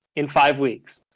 in five weeks.